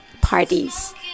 parties